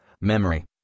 memory